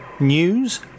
news